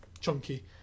chunky